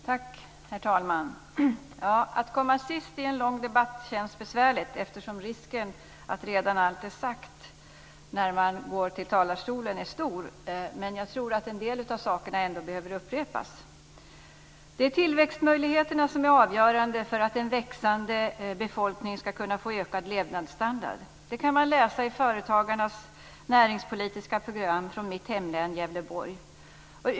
Herr talman! Att komma sist i en lång debatt känns besvärligt eftersom risken är stor att allt redan är sagt när man går till talarstolen. Men jag tror att en del av sakerna ändå behöver upprepas. "Det är tillväxtmöjligheterna som är avgörande för att en växande befolkning ska kunna få ökad levnadsstandard." Det kan man läsa i företagarnas näringspolitiska program från mitt hemlän Gävleborg.